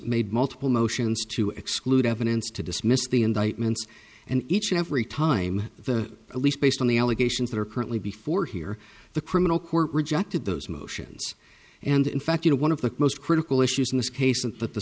made multiple motions to exclude evidence to dismiss the indictments and each and every time the police based on the allegations that are currently before hear the criminal court rejected those motions and in fact you know one of the most critical issues in this case and that the